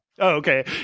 okay